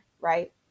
right